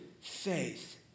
faith